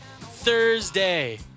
Thursday